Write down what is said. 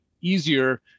easier